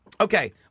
Okay